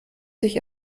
sich